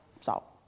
salt